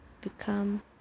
become